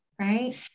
right